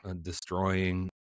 destroying